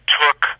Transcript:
took